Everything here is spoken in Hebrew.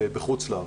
בחוץ לארץ.